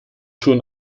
schon